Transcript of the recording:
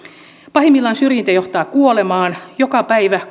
pahimmillaan syrjintä johtaa kuolemaan joka päivä